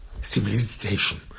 civilization